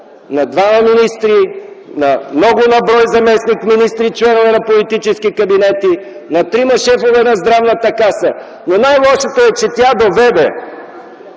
на двама министри, на много на брой заместник-министри и членове на политически кабинети, на трима шефове на Здравната каса. Но най-лошото е, че тя доведе